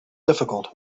difficult